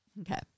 Okay